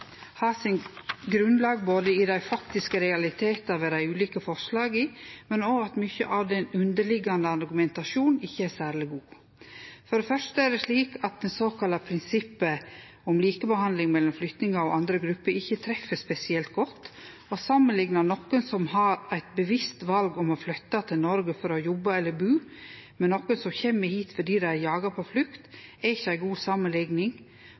har sitt grunnlag i dei faktiske realitetane ved dei ulike forslaga, men òg i at mykje av den underliggjande argumentasjonen ikkje er særleg god. For det første er det slik at det såkalla prinsippet om likebehandling mellom flyktningar og andre grupper ikkje treffer spesielt godt. Å samanlikne nokon som har eit bevisst val om å flytte til Noreg for å jobbe eller bu med nokon som kjem hit fordi dei er jaga på flukt, er ikkje ei god samanlikning.